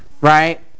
Right